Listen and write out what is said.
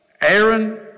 Aaron